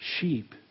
sheep